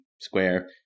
Square